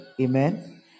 Amen